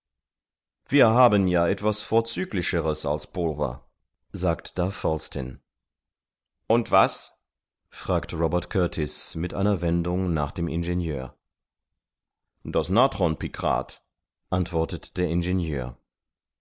wir haben ja etwas vorzüglicheres als pulver sagt da falsten und was fragt robert kurtis mit einer wendung nach dem ingenieur das natron pikrat antwortet der ingenieur